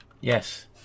Yes